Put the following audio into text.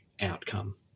outcome